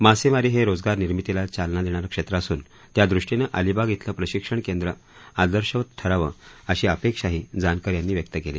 मासेमारी हे रोजगारनिर्मितीला चालना देणारे क्षेत्र असून त्यादृष्टीनं अलिबाग इथलं प्रशिक्षण केंद्र आदर्शवत ठरावं अशी अपेक्षाही जानकर यांनी व्यक्त केली